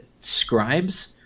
scribes